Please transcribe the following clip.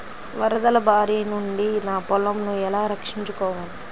వరదల భారి నుండి నా పొలంను ఎలా రక్షించుకోవాలి?